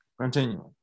Continuing